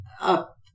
up